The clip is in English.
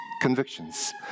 Convictions